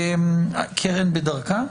קרן בדרכה?